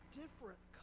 different